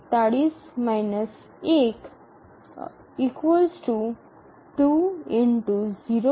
41 0